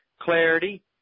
Clarity